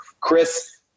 Chris